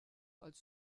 als